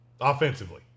Offensively